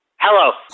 Hello